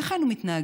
איך היינו מתנהגים?